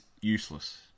useless